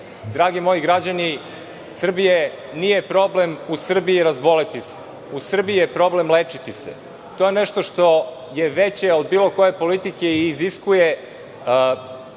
loše. Dragi moji građani Srbije nije problem u Srbiji razboleti se. U Srbiji je problem lečiti se. To je nešto što je veće od bilo koje politike i iziskuje